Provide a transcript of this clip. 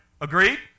Agreed